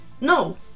No